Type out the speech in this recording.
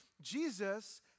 Jesus